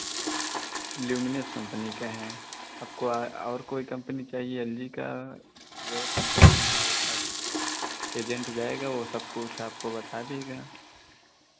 luminous company का है आपको और कोई कंपनी चाहिए एल जी का बाँकी और कंपनी है हमारे पास एजेंट जाएगा वो सब कुछ आपको बता देगा